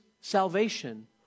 salvation